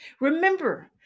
Remember